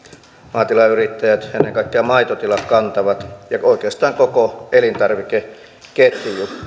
maatilayrittäjät ennen kaikkea maitotilat kantavat ja oikeastaan koko elintarvikeketju